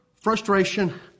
frustration